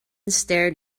stared